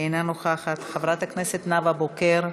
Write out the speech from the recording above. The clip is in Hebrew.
אינה נוכחת, חברת הכנסת נאוה בוקר,